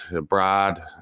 Brad